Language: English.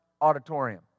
auditorium